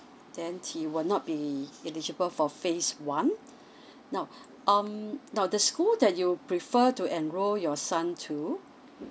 then he will not be eligible for phase one now um now the school that you prefer to enroll your son to mm